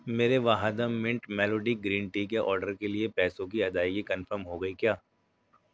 میرے Vahdam mint melody green tea کے order کے لیے پیسوں کی ادائگی کنفرم ہو گئی کیا